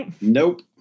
Nope